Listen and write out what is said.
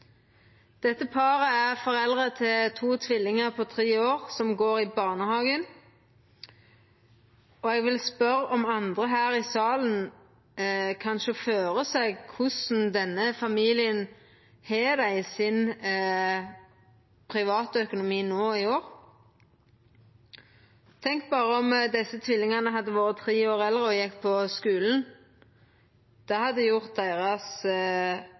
Dette paret er foreldre til tvillingar på 3 år som går i barnehage. Eg vil spørja om andre her i salen kan sjå føre seg korleis denne familien har det med sin privatøkonomi no i år. Tenk berre om desse tvillingane hadde vore tre år eldre og gjekk på skulen. Det hadde gjort økonomien deira